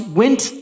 went